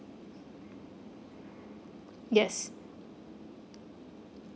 yes